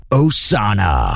osana